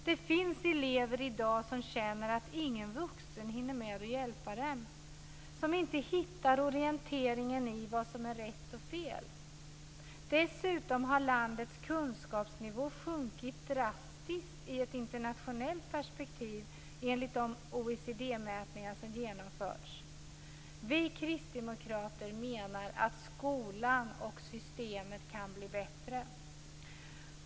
Det finns elever i dag som känner att ingen vuxen hinner hjälpa dem, som inte hittar orienteringen i vad som är rätt och fel. Dessutom har landets kunskapsnivå sjunkit drastiskt i internationellt perspektiv, enligt de OECD-mätningar som genomförts. Vi kristdemokrater menar att skolan och systemet kan bli bättre.